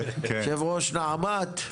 יושב ראש נעמ"ת,